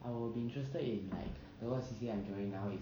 I will be interested in like towards the C_C_A I'm joining now